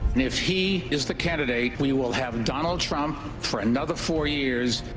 if he is the candidate, we will have donald trump for another four years.